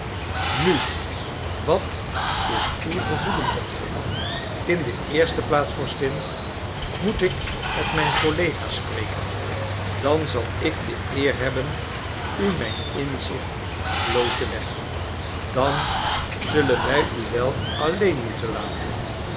nu wat is uw gevoelen dokter in de eerste plaats vorstin moet ik met mijn collega spreken dan zal ik de eer hebben u mijn inzicht bloot te leggen dan zullen wij u wel alleen moeten laten